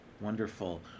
Wonderful